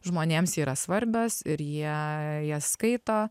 žmonėms yra svarbios ir jie jas skaito